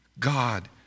God